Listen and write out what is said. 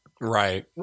Right